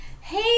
Hey